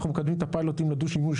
אנחנו מקדמים את הפיילוטים לדו-שימוש